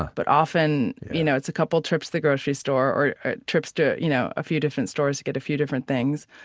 but often you know it's a couple trips to the grocery store or ah trips to you know a few different stores to get a few different things.